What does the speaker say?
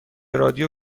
رادیو